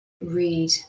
read